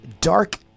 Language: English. Dark